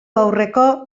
aurreko